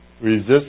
resist